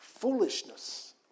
Foolishness